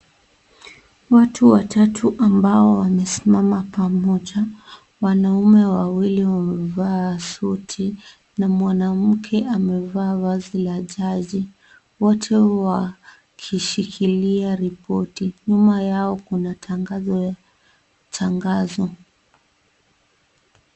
Watu watatu ambao wamesimama pamoja. Wanaume wawili wamevaa suti na mwanamke amevaa vazi la jaji. Wote wakishikilia ripoti. Nyuma yao kuna tangazo ya tangazo.